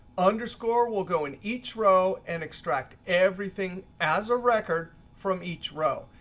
underscore we'll go in each row and extract everything as a record from each row.